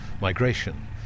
migration